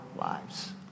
lives